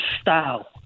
style